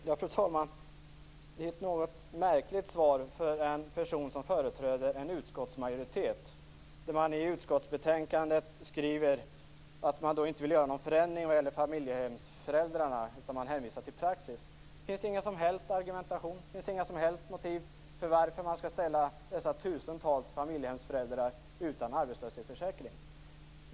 Fru talman! Det är ett något märkligt svar från en person som företräder en utskottsmajoritet. I utskottsbetänkandet skriver man att man inte vill göra någon förändring vad gäller familjehemsföräldrarna, utan man hänvisar till praxis. Det finns ingen som helst argumentation, inga som helst motiv till varför man skall ställa dessa tusentals familjehemsföräldrar utan arbetslöshetsförsäkring.